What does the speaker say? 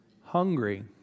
hungry